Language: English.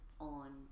on